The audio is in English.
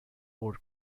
boar